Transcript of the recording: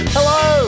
Hello